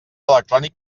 electrònic